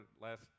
last